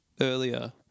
earlier